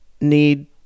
need